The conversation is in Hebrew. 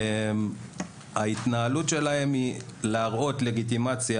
הם מתנהלים בשיטה של להראות לגיטימציה